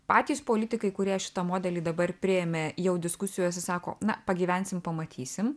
patys politikai kurie šitą modelį dabar priėmė jau diskusijose sako na pagyvensim pamatysim